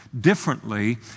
differently